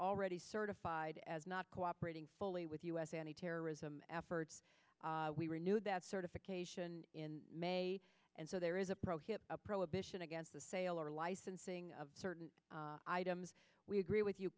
already certified as not cooperating fully with us any terrorism efforts we renew that certification in may and so there is a prohibit a prohibition against the sale or licensing of certain items we agree with you